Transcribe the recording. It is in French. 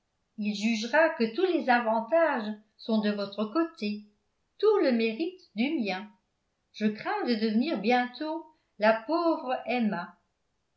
il jugera que tous les avantages sont de votre côté tout le mérite du mien je crains de devenir bientôt le pauvre emma